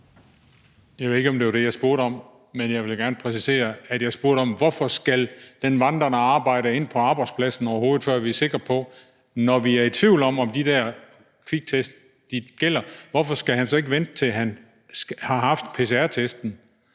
Jeg ved ikke, om det var det, jeg spurgte om, men jeg vil da gerne præcisere, at jeg spurgte om, hvorfor den vandrende arbejdstager overhovedet skal ind på arbejdspladsen, før vi er sikre. Når vi er i tvivl om, om de der kviktest gælder, hvorfor skal han så ikke vente, til han har fået pcr-testen?